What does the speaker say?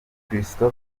christopher